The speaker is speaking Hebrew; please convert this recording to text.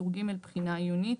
טור ג', בחינה עיונית: